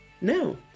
No